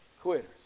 Quitters